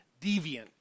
deviant